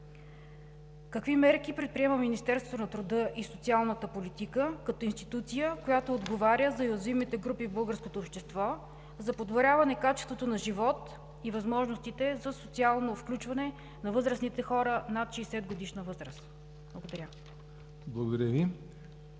какви мерки предприема Министерството на труда и социалната политика като институция, която отговаря за уязвимите групи в българското общество, за подобряване качеството на живот и възможностите за социално включване на възрастните хора над 60-годишна възраст? Благодаря. ПРЕДСЕДАТЕЛ